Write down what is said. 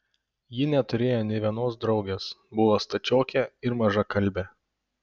ji neturėjo nė vienos draugės buvo stačiokė ir mažakalbė